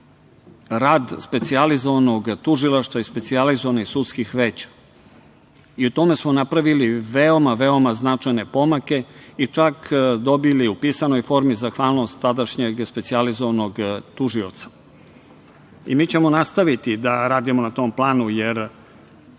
rad specijalizovanog tužilaštva i specijalizovanih sudskih veća, i u tome smo napravili veoma, veoma značajne pomake i čak dobili u pisanoj formi zahvalnost tadašnjeg specijalizovanog tužioca. Mi ćemo nastaviti da radimo na tom planu, jer